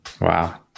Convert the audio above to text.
Wow